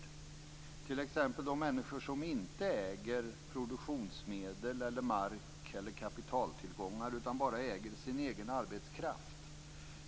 Ett exempel gäller de människor som inte äger produktionsmedel, mark eller kapitaltillgångar utan bara sin egen arbetskraft.